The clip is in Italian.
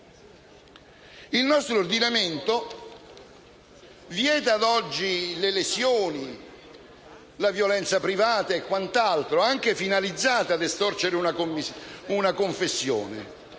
Il nostro ordinamento vieta, ad oggi, le lesioni, la violenza privata e quant'altro, anche finalizzate ad estorcere una confessione.